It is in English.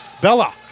Bella